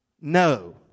No